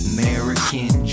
American